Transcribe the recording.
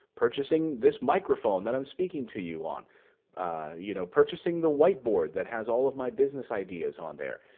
purchasing this microphone that i'm speaking to you on you on, know purchasing the white board that has all of my business ideas on there,